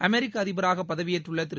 அமெரிக்க அதிபராக பதவியேற்றுள்ள திரு